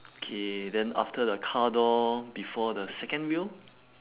okay then after the car door before the second wheel